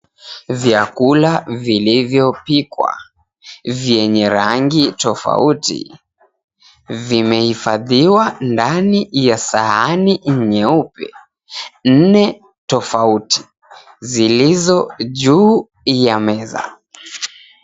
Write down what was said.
Vyakula viliyo pikwa vyenye rangi tofauti, vimehifadhiwa ndani ya sahani nyeupe nne tofauti zilizo juu ya meza.